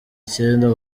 icyenda